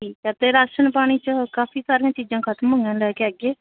ਠੀਕ ਆ ਅਤੇ ਰਾਸ਼ਨ ਪਾਣੀ 'ਚ ਕਾਫੀ ਸਾਰੀਆਂ ਚੀਜ਼ਾਂ ਖ਼ਤਮ ਹੋਈਆਂ ਲੈ ਕੇ ਆਈਏ